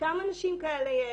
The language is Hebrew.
כמה נשים כאלה יש,